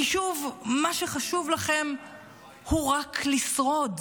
כי שוב, מה שחשוב לכם הוא רק לשרוד.